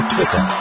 Twitter